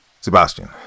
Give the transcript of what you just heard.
Sebastian